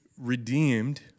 redeemed